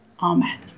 Amen